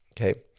Okay